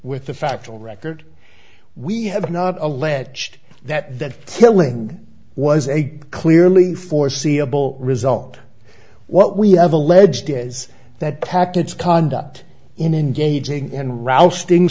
with the factual record we have not alleged that that killing was a clearly foreseeable result what we have alleged is that packets conduct in engaging in rousting